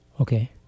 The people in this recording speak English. Okay